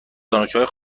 دانشجوهای